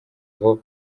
aho